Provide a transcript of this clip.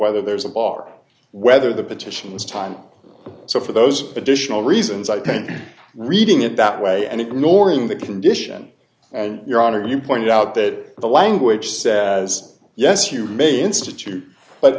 whether there's a bar whether the petitions time so for those additional reasons i paint reading it that way and ignoring the condition and your honor you point out that the language says yes you may institute but